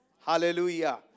Hallelujah